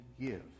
give